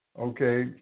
okay